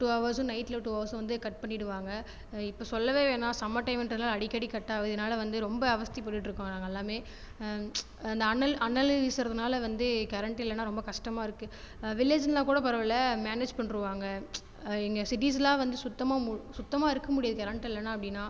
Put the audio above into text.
two ஹவர்சும் நைட்டில் two ஹவர்சும் வந்து கட் பண்ணிவிடுவாங்க இப்போ சொல்லவே வேண்டாம் சம்மர் டைம் என்றதுனால் அடிக்கடி கட் ஆகுது இதனால் வந்து ரொம்ப அவஸ்த்தைப்பட்டுட்டு இருக்கோம் நாங்கள் எல்லோருமே அனல் அனல் வீசுறதுனால் வந்து கரண்ட் இல்லைனா ரொம்ப கஷ்டமா இருக்குது வில்லேஜ்னால் கூட பரவாயில்லை மேனேஜ் பண்ணிவிடுவாங்க இங்கே சிட்டிஸ்லாம் வந்து சுத்தமாக சுத்தமாக இருக்க முடியாது கரண்ட் இல்லைனா அப்படின்னால்